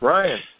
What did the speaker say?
Ryan